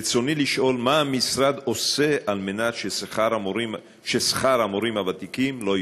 רצוני לשאול: מה המשרד עושה על מנת ששכר המורים הוותיקים לא ייפגע?